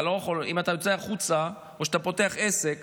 אם אתה יוצא החוצה או שאתה פותח עסק